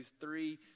three